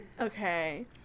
okay